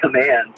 command